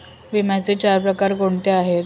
विम्याचे चार प्रकार कोणते आहेत?